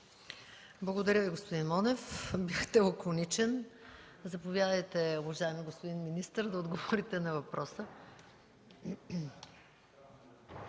Благодаря Ви, господин Монев. Бяхте лаконичен. Заповядайте, уважаеми господин министър, да отговорите на въпроса.